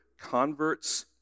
converts